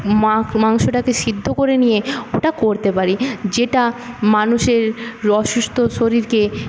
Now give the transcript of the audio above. মাংসটাকে সিদ্ধ করে নিয়ে ওটা করতে পারি যেটা মানুষের অসুস্থ শরীরকে